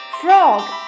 Frog